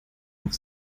auf